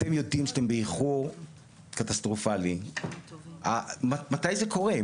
אתם יודעים שאתם באיחור קטסטרופלי, מתי זה קורה?